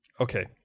Okay